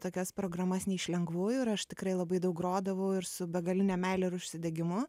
tokias programas ne iš lengvųjų ir aš tikrai labai daug grodavau ir su begaline meile ir užsidegimu